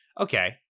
okay